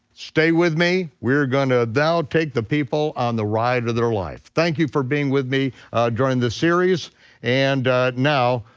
stay with me. we're gonna now take the people on the ride of their life. thank you for being with me during the series and now,